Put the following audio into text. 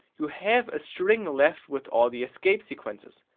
you have a string left with all the escape sequences,